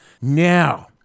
now